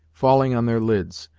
falling on their lids,